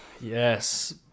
Yes